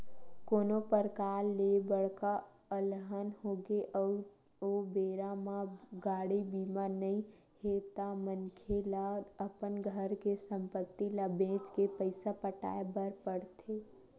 कोनो परकार ले बड़का अलहन होगे अउ ओ बेरा म गाड़ी बीमा नइ हे ता मनखे ल अपन घर के संपत्ति ल बेंच के पइसा पटाय बर पड़थे